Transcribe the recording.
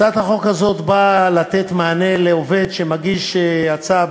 הצעת החוק הזאת באה לתת מענה לעובד שמגיש הצעה,